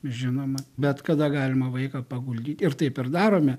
žinoma bet kada galima vaiką paguldyt ir taip ir darome